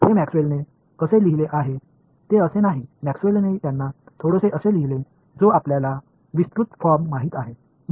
हे मॅक्सवेलने कसे लिहिले आहे ते असे नाही मॅक्सवेलने त्यांना थोडेसे असे लिहिले जो आपल्याला विस्तृत फॉर्म माहित आहे